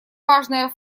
важная